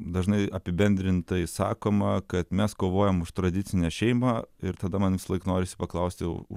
dažnai apibendrintai sakoma kad mes kovojam už tradicinę šeimą ir tada man visąlaik norisi paklausti